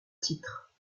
titres